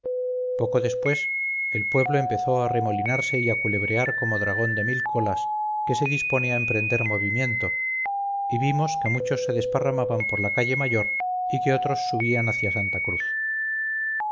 poco después el pueblo empezó a arremolinarse y a culebrear como dragón de mil colas quese dispone a emprender movimiento y vimos que muchos se desparramaban por la calle mayor y que otros subían hacia santa cruz